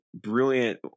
brilliant